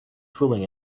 fooling